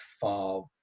far